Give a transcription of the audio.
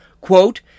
Quote